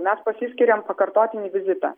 mes pasiskiriam pakartotinį vizitą